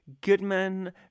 Goodman